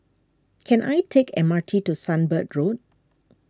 can I take M R T to Sunbird Road